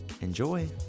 Enjoy